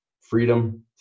freedom